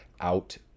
out